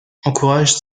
encourage